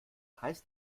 heißt